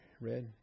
red